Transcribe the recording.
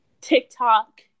TikTok